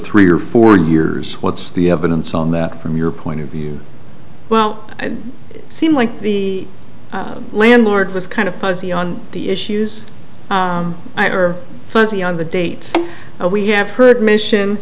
three or four years what's the evidence on that from your point of view well it seemed like the landlord was kind of fuzzy on the issues i are fuzzy on the date and we have heard mission